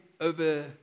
over